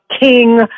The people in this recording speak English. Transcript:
king